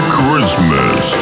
Christmas